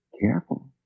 careful